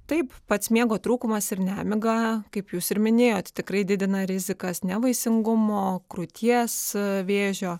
taip pats miego trūkumas ir nemiga kaip jūs ir minėjot tikrai didina rizikas nevaisingumo krūties vėžio